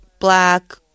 black